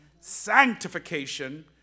sanctification